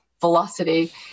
velocity